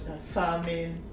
farming